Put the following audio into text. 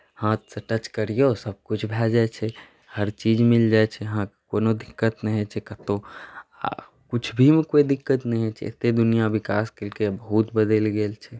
हाथसँ टच करियौ सभकिछु भए जाइत छै हर चीज मिल जाइत छै अहाँके कोनो दिक्क्त नहि होइत छै कतहु आ कुछ भीमे कोइ दिक्क्त नहि होइत छै एतेक दुनिआँ विकास केलकैए बहुत बदलि गेल छै